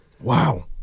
Wow